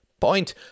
Point